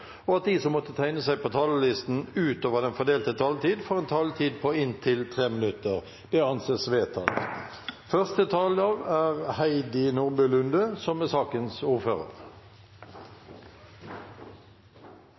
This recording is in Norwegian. og at de som måtte tegne seg på talerlisten utover den fordelte taletid, får en taletid på inntil 3 minutter. – Det anses vedtatt.